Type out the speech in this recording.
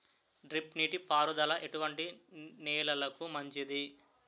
Drip నీటి పారుదల ఎటువంటి నెలలకు మంచిది?